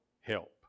help